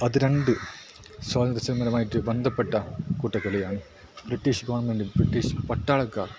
അത് രണ്ട് സ്വാതന്ത്ര്യ സമരമായിട്ട് ബന്ധപ്പെട്ട കൂട്ടക്കൊലയാണ് ബ്രിട്ടീഷ് ഗവണ്മെൻറ്റ് ബ്രിട്ടീഷ് പട്ടാളക്കാർ